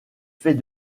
fait